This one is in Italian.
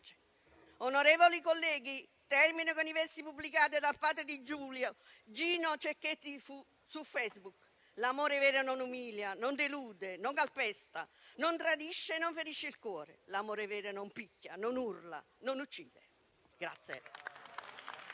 Onorevoli colleghi, termino con i versi pubblicati dal padre di Giulia, Gino Cecchettin, su Facebook: «L'amore vero non umilia, non delude, non calpesta, non tradisce, non ferisce il cuore. L'amore vero non picchia, non urla, non uccide.».